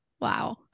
Wow